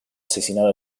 asesinado